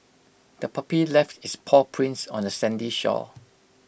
the puppy left its paw prints on the sandy shore